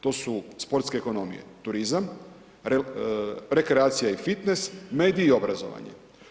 To su sportske ekonomije, turizam, rekreacija i fitnes, mediji i obrazovanje.